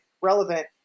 relevant